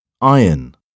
Iron